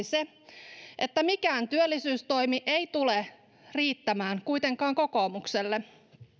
se että mikään työllisyystoimi ei tule kuitenkaan riittämään kokoomukselle